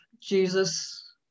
Jesus